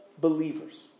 believers